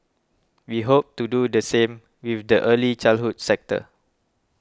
we hope to do the same with the early childhood sector